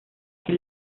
que